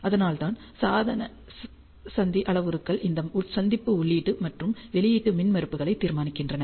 அதனால்தான் சாதன சந்தி அளவுருக்கள் இந்த சந்திப்பு உள்ளீடு மற்றும் வெளியீட்டு மின்மறுப்புகளை தீர்மானிக்கின்றன